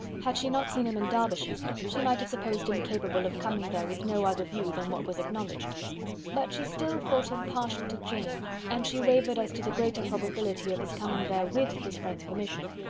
had she not seen him in derbyshire, she might have supposed him capable of coming there with no other view than what was acknowledged but she still thought him partial to jane, and she wavered as to the greater probability of his coming there with his friend's permission,